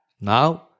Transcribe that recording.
Now